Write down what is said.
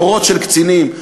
דורות של קצינים,